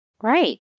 Right